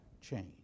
change